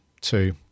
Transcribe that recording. two